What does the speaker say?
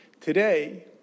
Today